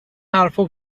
حرفها